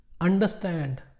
understand